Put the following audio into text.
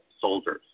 soldiers